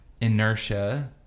inertia